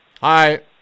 Hi